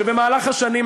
שבמהלך השנים,